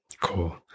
Cool